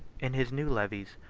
in his new levies,